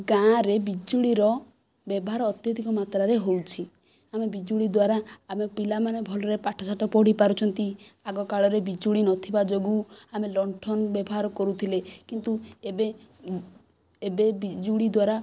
ଗାଁରେ ବିଜୁଳିର ବ୍ୟବହାର ଅତ୍ୟଧିକ ମାତ୍ରାରେ ହେଉଛି ଆମେ ବିଜୁଳି ଦ୍ୱାରା ଆମେ ପିଲାମାନେ ଭଲରେ ପାଠଶାଠ ପଢ଼ିପାରୁଛନ୍ତି ଆଗ କାଳରେ ବିଜୁଳି ନଥିବା ଯୋଗୁଁ ଆମେ ଲଣ୍ଠନ ବ୍ୟବହାର କରୁଥିଲେ କିନ୍ତୁ ଏବେ ଏବେ ବିଜୁଳି ଦ୍ୱାରା